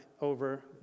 over